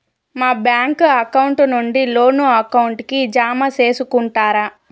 మా bank account నుండి loan account కి జామ సేసుకుంటారా?